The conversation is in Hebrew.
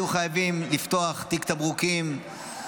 היו חייבים לפתוח תיק תמרוקים,